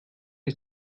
ist